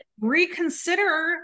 reconsider